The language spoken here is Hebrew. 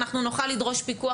אנחנו נוכל לדרוש פיקוח,